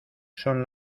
son